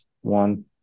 one